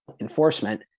enforcement